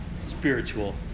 spiritual